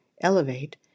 Elevate